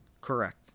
Correct